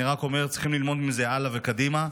אני רק אומר שצריכים ללמוד מזה הלאה וקדימה.